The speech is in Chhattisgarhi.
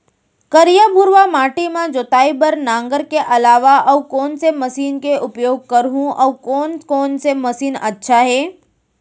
करिया, भुरवा माटी म जोताई बार नांगर के अलावा अऊ कोन से मशीन के उपयोग करहुं अऊ कोन कोन से मशीन अच्छा है?